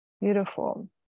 Beautiful